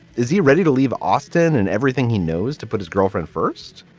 is he ready to leave austin and everything he knows to put his girlfriend first?